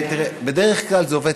על מי נופלים החובות של אלה שמתפלגים?